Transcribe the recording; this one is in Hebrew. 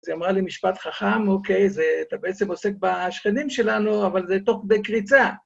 אז היא אמרה לי משפט חכם, אוקיי, אתה בעצם עוסק בשכנים שלנו, אבל זה תוך כדי קריצה.